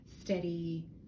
steady